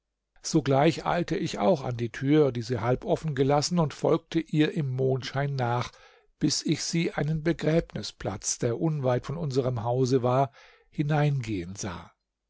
sogleich eilte ich auch an die tür die sie halb offen gelassen und folgte ihr im mondschein nach bis ich sie in einen begräbnisplatz der unweit von unserem hause war hinein gehen sah